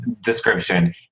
description